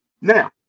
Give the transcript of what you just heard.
now